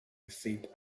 received